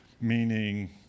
meaning